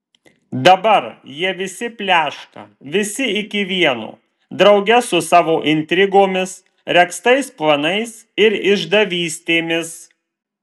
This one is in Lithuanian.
dabar jie visi pleška visi iki vieno drauge su savo intrigomis regztais planais ir išdavystėmis